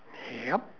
yup